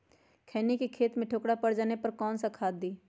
खैनी के खेत में ठोकरा पर जाने पर कौन सा खाद दी?